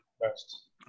best